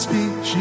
Speak